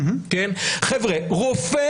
חבר'ה,